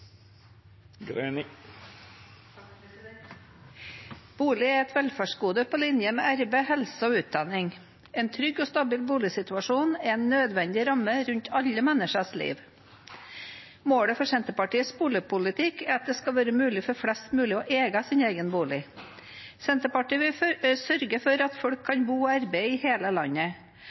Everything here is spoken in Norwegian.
Bolig er et velferdsgode på linje med arbeid, helse og utdanning. En trygg og stabil bosituasjon er en nødvendig ramme rundt alle menneskers liv. Målet for Senterpartiets boligpolitikk er at det skal være mulig for flest mulig å eie sin egen bolig. Senterpartiet vil sørge for at folk kan bo og arbeide i hele landet.